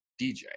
DJ